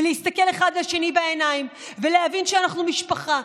ולהסתכל אחד לשני בעיניים ולהבין שאנחנו משפחה.